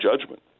judgment